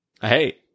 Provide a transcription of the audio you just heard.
hey